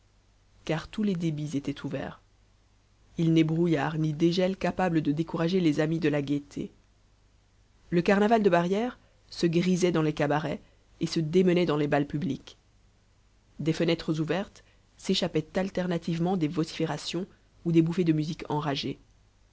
car tous les débits étaient ouverts il n'est brouillard ni dégel capables de décourager les amis de la gaieté le carnaval de barrière se grisait dans les cabarets et se démenait dans les bals publics des fenêtres ouvertes s'échappaient alternativement des vociférations ou des bouffées de musiques enragées